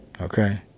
Okay